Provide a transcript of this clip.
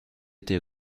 été